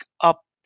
up